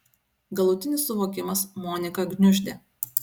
galutinis suvokimas moniką gniuždė